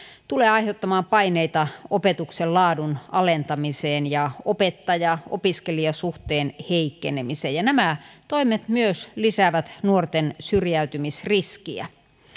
tulee aiheuttamaan paineita opetuksen laadun alentamiseen ja opettaja opiskelija suhteen heikkenemiseen ja nämä toimet myös lisäävät nuorten syrjäytymisriskiä